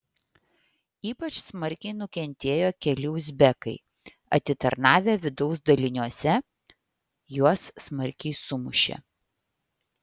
ypač smarkiai nukentėjo keli uzbekai atitarnavę vidaus daliniuose juos smarkiai sumušė